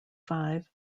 five